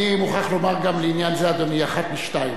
אני מוכרח לומר גם לעניין זה, אדוני, אחת משתיים